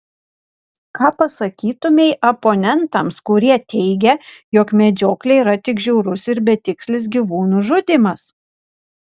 ką pasakytumei oponentams kurie teigia jog medžioklė yra tik žiaurus ir betikslis gyvūnų žudymas